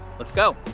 let's go.